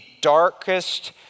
darkest